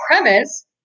premise